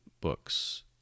books